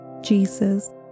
Jesus